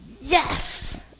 Yes